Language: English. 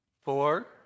four